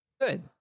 Good